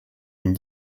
une